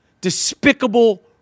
despicable